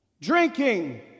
drinking